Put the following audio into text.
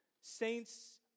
saints